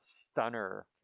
stunner